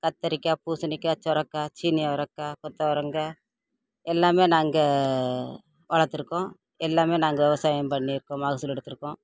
கத்திரிக்காய் பூசணிக்காய் சுரக்காய் சீனி அவரக்காய் கொத்தவராங்காய் எல்லாமே நாங்கள் வளத்திருக்கோம் எல்லாமே நாங்கள் விவசாயம் பண்ணியிருக்கோம் மகசூல் எடுத்திருக்கோம்